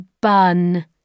bun